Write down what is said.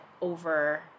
over